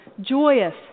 joyous